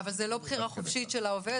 אבל זו לא בחירה חופשית של העובד?